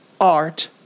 art